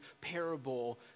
parable